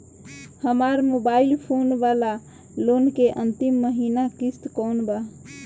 हमार mobile phone वाला loan के अंतिम महिना किश्त कौन बा?